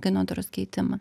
kainodaros keitimą